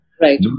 Right